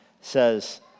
says